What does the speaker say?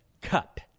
cut